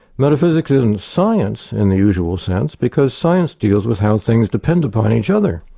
metaphysics isn't science in the usual sense, because science deals with how things depend upon each other,